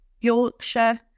Yorkshire